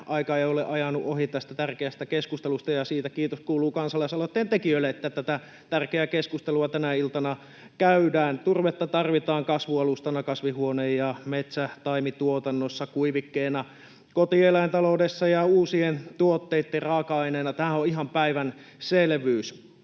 aika ei ole ajanut ohi tästä tärkeästä keskustelusta, ja siitä kiitos kuuluu kansalaisaloitteen tekijöille, että tätä tärkeää keskustelua tänä iltana käydään. Turvetta tarvitaan kasvualustana kasvihuone‑ ja metsätaimituotannossa, kuivikkeena kotieläintaloudessa ja uusien tuotteitten raaka-aineena, tämähän on ihan päivänselvyys.